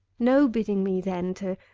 no bidding me then to.